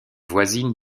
voisine